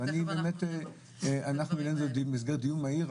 זה במסגרת דיון מהיר,